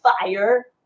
fire